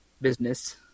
business